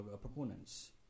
proponents